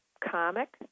comic